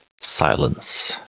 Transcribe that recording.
silence